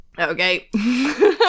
Okay